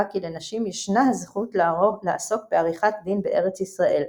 כי לנשים ישנה הזכות לעסוק בעריכת דין בארץ ישראל.